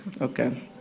Okay